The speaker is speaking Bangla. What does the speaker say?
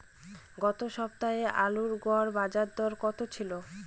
গত সপ্তাহে আলুর গড় বাজারদর কত ছিল?